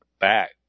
back